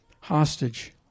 hostage